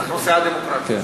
אנחנו סיעה דמוקרטית.